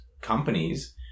companies